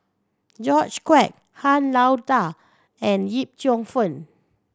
George Quek Han Lao Da and Yip Cheong Fun